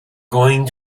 going